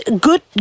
Good